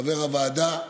חבר הוועדה,